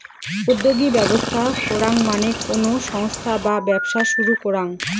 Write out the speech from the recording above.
উদ্যোগী ব্যবস্থা করাঙ মানে কোনো সংস্থা বা ব্যবসা শুরু করাঙ